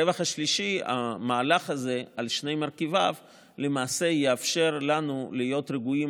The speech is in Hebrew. הרווח השלישי: המהלך הזה על שני מרכיביו למעשה יאפשר לנו להיות רגועים